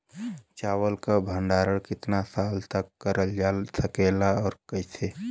चावल क भण्डारण कितना साल तक करल जा सकेला और कइसे?